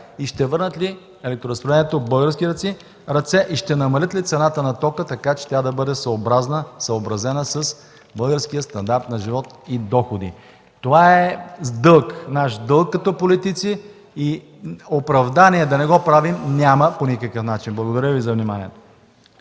и ще върнат ли електроразпределението в български ръце, ще намалят ли цената на тока така, че тя да бъде съобразена с българския стандарт на живот и доходи? Това е наш дълг като политици. Оправдание да не го правим няма по никакъв начин! Благодаря за вниманието.